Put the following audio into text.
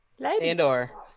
Andor